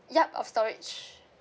yup of storage